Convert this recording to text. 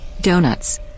donuts